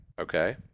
okay